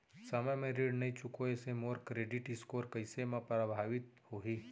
समय म ऋण नई चुकोय से मोर क्रेडिट स्कोर कइसे म प्रभावित होही?